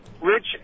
rich